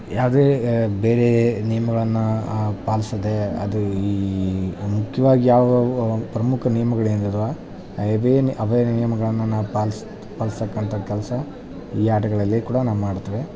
ಯಾವುದೇ ಬೇರೆ ನಿಯಮಗಳನ್ನು ಪಾಲಿಸದೆ ಅದು ಈ ಮುಖ್ಯವಾಗಿ ಯಾವ್ಯಾವು ಪ್ರಮುಖ ನಿಯಮಗಳು ಏನಿದ್ವೋ ಅದೇ ನಿ ಅವೇ ನಿಯಮಗಳನ್ನು ನಾವು ಪಾಲ್ಸ್ತ ಪಾಲಿಸ್ತಕ್ಕಂಥ ಕೆಲಸ ಈ ಆಟಗಳಲ್ಲಿ ಕೂಡ ನಾವು ಮಾಡ್ತೇವೆ